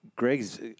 Greg's